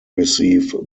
receive